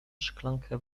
szklankę